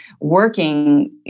working